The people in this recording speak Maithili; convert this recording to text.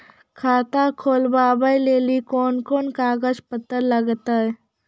खाता खोलबाबय लेली कोंन कोंन कागज पत्तर लगतै?